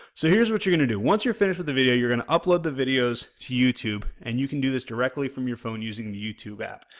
so, here's what you're going to do. once you're finished with the video you're going to upload the videos to youtube and you can do this directly from your phone using the youtube app,